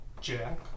Jack